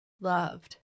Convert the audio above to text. loved